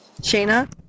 Shayna